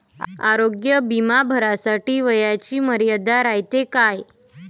आरोग्य बिमा भरासाठी वयाची मर्यादा रायते काय?